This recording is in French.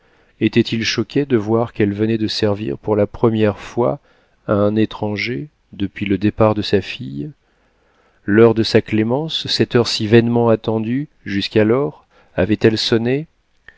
était-il choqué de voir qu'elle venait de servir pour la première fois à un étranger depuis le départ de sa fille l'heure de sa clémence cette heure si vainement attendue jusqu'alors avait-elle sonné